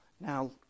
Now